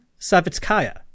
Savitskaya